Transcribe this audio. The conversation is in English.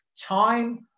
Time